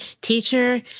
teacher